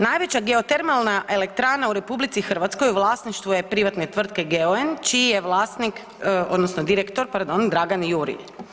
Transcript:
Najveća geotermalna elektrana u RH u vlasništvu je privatne tvrtke GEOEN čiji je vlasnik, odnosno direktor, pardon, Dragan Jurilj.